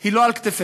היא לא על כתפינו.